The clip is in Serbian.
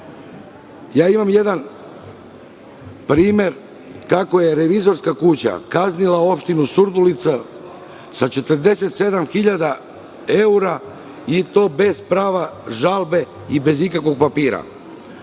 Imam jedan primer kako je revizorska kuća kaznila opštinu Surdulica sa 47.000 eura i to bez prava žalbe i bez ikakvog papira.